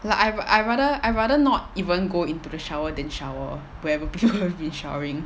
like I I'd rather I'd rather not even go into the shower than shower where people will be showering